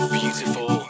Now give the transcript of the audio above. beautiful